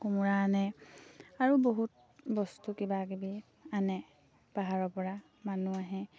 কোমোৰা আনে আৰু বহুত বস্তু কিবাকিবি আনে পাহাৰৰপৰা মানুহ আহে